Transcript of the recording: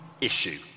issue